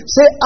Say